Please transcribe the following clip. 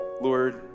Lord